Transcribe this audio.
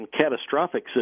catastrophic